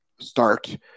start